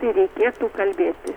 tai reikėtų kalbėti